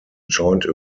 joined